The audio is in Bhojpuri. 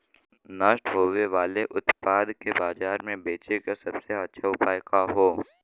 नष्ट होवे वाले उतपाद के बाजार में बेचे क सबसे अच्छा उपाय का हो?